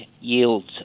yields